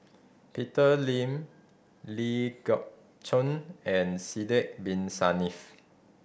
Peter Lee Ling Geok Choon and Sidek Bin Saniff